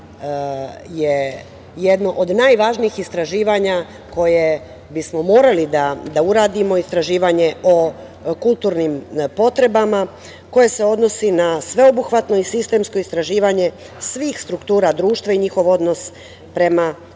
je jedno od najvažnijih istraživanja koje bismo morali da uradimo – istraživanje o kulturnim potrebama, a koje se odnosi na sveobuhvatno i sistemsko istraživanje svih struktura društva i njihov odnos prema kulturi.